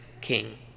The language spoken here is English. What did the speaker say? king